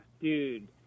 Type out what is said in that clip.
dude